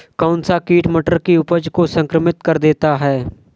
कौन सा कीट मटर की उपज को संक्रमित कर देता है?